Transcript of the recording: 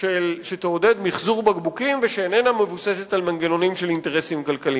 שתעודד מיחזור בקבוקים ושאיננה מבוססת על מנגנונים של אינטרסים כלכליים.